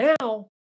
Now